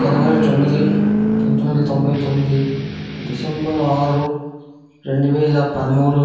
జనవరి తొమ్మిది పంతొమ్మిది వందల తొంభై తొమ్మిది డిసెంబర్ ఆరు రెండు వేల పదమూడు